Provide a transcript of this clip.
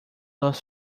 los